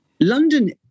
London